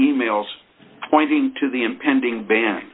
emails pointing to the impending bann